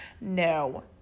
no